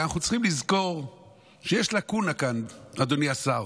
אנחנו צריכים לזכור שיש לקונה כאן, אדוני השר,